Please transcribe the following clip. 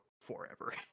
forever